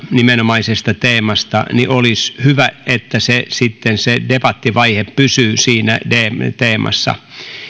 nimenomaisesta teemasta niin olisi hyvä että sitten se debattivaihe pysyy siinä teemassa